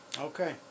Okay